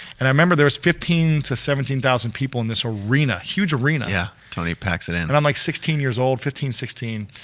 and i remember there was fifteen to seventeen thousand people in this arena, huge arena. yeah, tony packs it in. but i'm like sixteen years old, fifteen, sixteen,